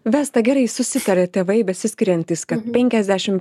vesta gerai susitarė tėvai besiskiriantys kad penkiasdešim